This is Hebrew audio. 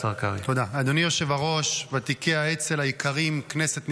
אדוני היושב-ראש, ותיקי האצ"ל היקרים, כנסת נכבדה,